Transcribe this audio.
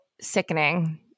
sickening